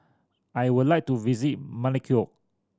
I would like to visit Melekeok